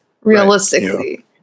realistically